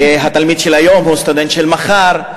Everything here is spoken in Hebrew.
והתלמיד של היום הוא סטודנט של מחר,